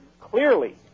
clearly